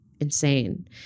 insane